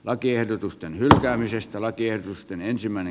rajattomasti se oli viestini